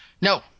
No